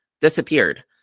disappeared